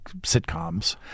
sitcoms